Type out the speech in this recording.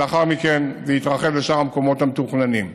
ולאחר מכן זה יתרחב לשאר המקומות המתוכננים.